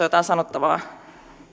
jotain sanottavaa